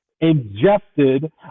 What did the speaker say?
ingested